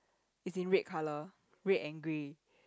is in red colour red and grey